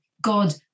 God